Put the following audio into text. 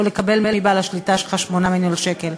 או לקבל מבעל השליטה שלך 8 מיליון שקל,